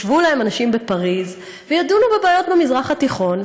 ישבו להם אנשים בפריז וידונו בבעיות במזרח התיכון,